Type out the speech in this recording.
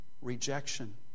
rejection